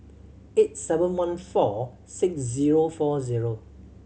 eight seven one four six zero four zero